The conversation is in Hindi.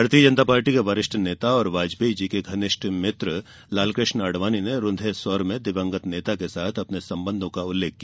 भारतीय जनता पार्टी के वरिष्ठ नेता और वाजपेयी जी के घनिष्ठ भित्र लालकृष्ण आडवाणी ने रूधे स्वेर में दिवंगत नेता के साथ अपने संबंधों का उल्लेख किया